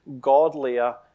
godlier